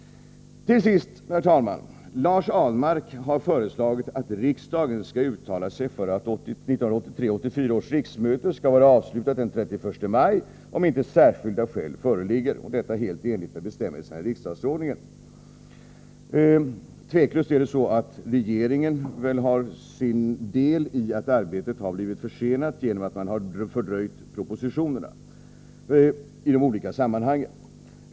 Till sist, herr talman, vill jag säga att Lars Ahlmark har föreslagit att riksdagen skall uttala sig för att 1983/84 års riksmöte skall vara avslutat den 31 maj om inte särskilda skäl föreligger, detta helt i enlighet med bestämmelsernairiksdagsordningen. Otvivelaktigt har regeringen sin del av skulden för att arbetet har blivit försenat, genom att man har fördröjt propositionerna i olika sammanhang.